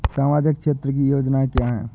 सामाजिक क्षेत्र की योजनाएँ क्या हैं?